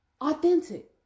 Authentic